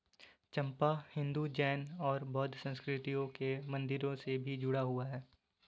चंपा हिंदू, जैन और बौद्ध संस्कृतियों के मंदिरों से भी जुड़ा हुआ है